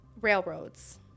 railroads